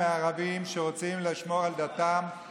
מערבים שרוצים לשמור על דתם לעשות את זה.